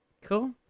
Cool